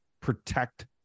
protect